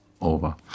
over